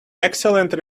excellent